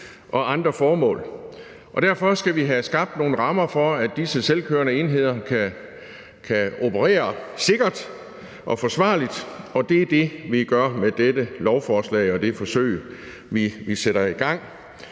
og andre formål. Derfor skal vi have skabt nogle rammer for, at disse selvkørende enheder kan operere sikkert og forsvarligt, og det er det, vi gør med dette lovforslag og det forsøg, vi sætter i gang.